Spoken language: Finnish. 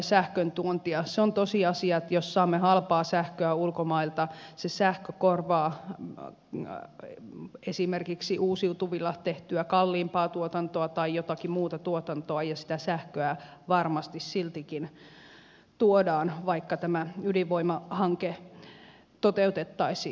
se on tosiasia että jos saamme halpaa sähköä ulkomailta se sähkö korvaa esimerkiksi uusiutuvilla tehtyä kalliimpaa tuotantoa tai jotakin muuta tuotantoa ja sähköä varmasti siltikin tuodaan vaikka tämä ydinvoimahanke toteutettaisiin